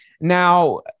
Now